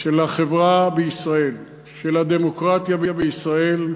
של החברה בישראל, של הדמוקרטיה בישראל,